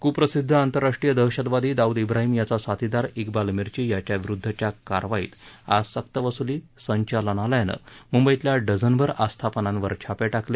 कुप्रसिद्ध आंतरराष्ट्रीय दहशतवादी दाऊद इब्राहीम याचा साथीदार इक्बाल मिर्चि याच्याविरुद्धच्या कारवाईत आज सक्तवसुली संचालनालयाने मुंबईतल्या डझनभर आस्थापनांवरर छापे टाकले